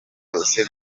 ryose